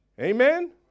Amen